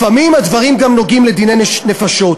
לפעמים הדברים גם נוגעים לדיני נפשות.